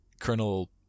Colonel